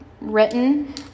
written